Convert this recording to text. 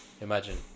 imagine